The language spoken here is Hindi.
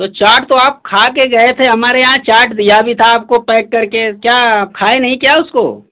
तो चाट तो आप खा कर गए थे हमारे यहाँ चाट दिया भी था आपको पैक करके क्या खाए नहीं क्या उसको